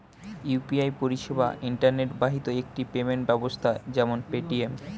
UPI পরিষেবা internet বাহিত একটি পেমেন্ট ব্যবস্থা যেমন পেটিএম